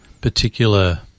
particular